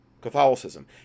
Catholicism